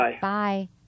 Bye